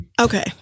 Okay